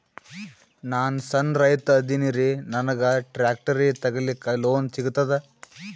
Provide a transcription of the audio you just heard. ನಾನ್ ಸಣ್ ರೈತ ಅದೇನೀರಿ ನನಗ ಟ್ಟ್ರ್ಯಾಕ್ಟರಿ ತಗಲಿಕ ಲೋನ್ ಸಿಗತದ?